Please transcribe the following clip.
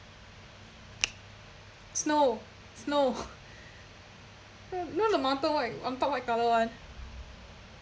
snow snow no no mountain white on top white colour [one]